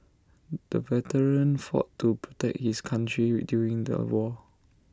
the veteran fought to protect his country during the war